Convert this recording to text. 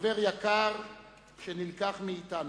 חבר יקר שנלקח מאתנו,